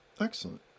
Excellent